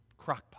Crockpot